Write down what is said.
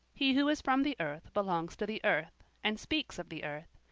he who is from the earth belongs to the earth, and speaks of the earth.